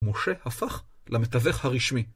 משה הפך למתווך הרשמי.